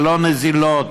ללא נזילות,